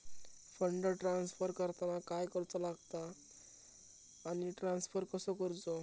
Fund transfer करताना काय करुचा लगता आनी ट्रान्स्फर कसो करूचो?